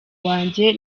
wanjye